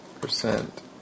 percent